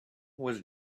was